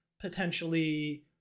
potentially